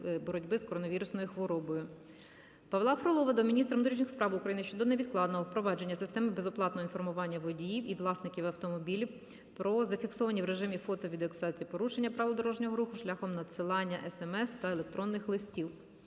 Павла Фролова до міністра внутрішніх справ України щодо невідкладного впровадження системи безоплатного інформування водіїв і власників автомобілів про зафіксовані в режимі фото- відеофіксації порушення правил дорожнього руху шляхом надсилання СМС та електронних листів.